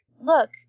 Look